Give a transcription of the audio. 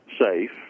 safe